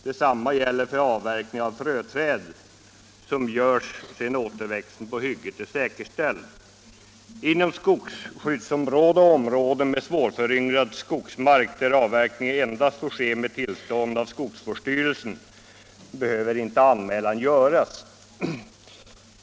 Detsamma gäller för avverkning av fröträd som görs sedan återväxten på hygget är säkerställd. Inom skyddsskogsområden och områden med svårföryngrad skogsmark, där avverkning endast får ske med tillstånd av skogsvårdsstyrelsen, behöver inte anmälan göras.